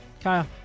Kyle